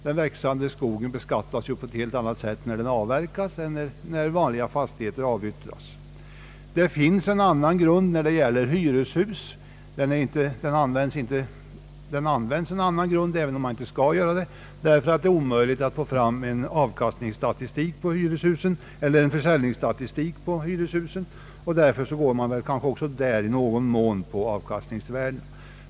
Den växande skogen beskattas ju på ett helt annat sätt när den avverkas än vanliga fastigheter när de avyttras. Det används en annan grund när det gäller hyreshus, även om så inte skall ske, därför att det är omöjligt att få fram en försäljningsstatistik över hyreshusen. Även för hyreshus rättar man sig i någon mån efter avkastningsvärdet.